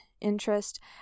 interest